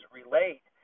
relate